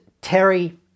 Terry